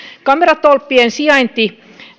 kameratolppien sijainnista